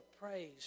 Praise